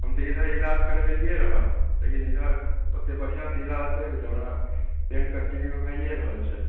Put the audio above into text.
हम तऽ इधर इलाज करबेलियै रहय लेकिन इधर ओते बढ़िऑं सॅं इलाज नहि भेलै ने पेन कनटिन्यू भैइये रहल छै